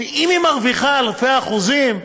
ואם היא מרוויחה אלפי אחוזים,